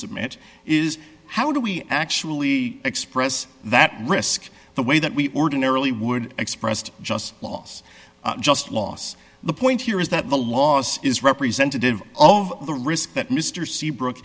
submit is how do we actually express that risk the way that we ordinarily would expressed just loss just loss the point here is that the laws is representative of the risk that mr seabrook